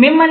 ఉపయోగించాలి